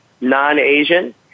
non-Asian